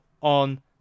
on